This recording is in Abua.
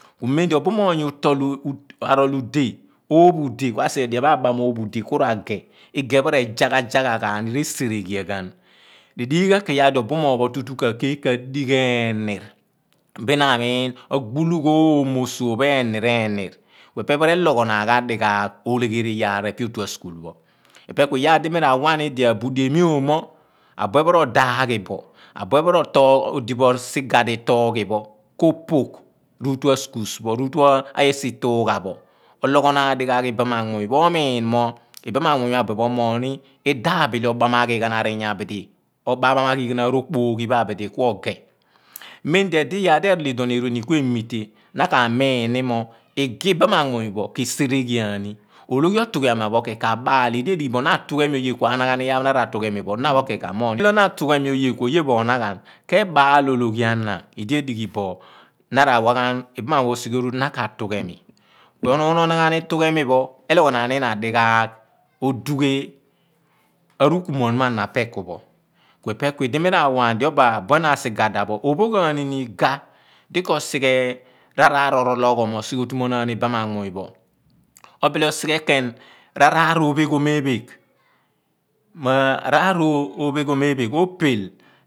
Ku meen di obumoony arool udeh oopho udeh. Kua sighe diya pho kua baam oooho ude kura ghee ige pho re zagha zagha gbani mesereghian ghan. Kedigh ghan keen iyaar di obumoonny pho tu tu ka keel ka digh eenier bin na amiin agbulu gha oomosoopho eenir eenir epeh pho relogho naan ghan dighaag degheriyaar epie pho otua school pho ope kuiyaar di mi rawani di abudeamiom mo, a buphe pho rodaaghi bo, abuepho odibo sighada i toogh i pho ko poogh ruutu a schools pho esi ituugha pho ologho naan dighaagh ibaam ma anmuny pho omimo ibaa manmuny pho a buphe pho omoogh ni idaabili obaama ghi ghan a riya a bidi, obamaghi ghaan rookpooghi pho abidi kuoge̱h momdi edo iyaar dierool iduon kue mitch, na kamiin ni mo ikeh ibaam manmuny pho keseroghian ni, ologhi otughemin phokeen ka baa̱li idiedighi bo na a tughe mioye kuanaghanasa iyaar pho na /ratughemibo ologhi otughemia pho kesin kabaal li idi edighi bo na atughe meoye, ku oye pho ana gha naari ologhi ana kabaali kuo ye pho onaghan, keebaal ologhia na idi edighi bo na mawa ghan, ibaama muny pho isighe oru di na ka tughe mi so onuun onaghan itughemi pho eleghonaan inna dighaagh odughe aru kumuan pho a na pa ekupho. Kuipe kidi mi ra wa ghaghan mo oboh abuen a sigada pho ophoogh ghaanini gha di ko sighe raaraar orologhoom osighe otumo naan ibra ama muny pho. obile osighe kee̱n r`aar opheghom ephegh, mo ophel.